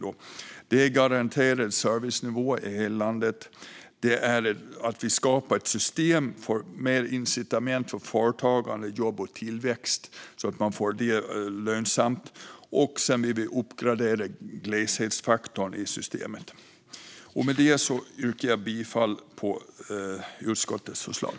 Den första är en garanterad servicenivå i landet. Den andra är att vi skapar ett system med mer incitament för företagande, jobb och tillväxt, så att detta blir lönsamt. Den tredje är att uppgradera gleshetsfaktorn i systemet. Med det yrkar jag bifall till utskottets förslag.